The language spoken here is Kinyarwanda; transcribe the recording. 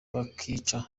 bakica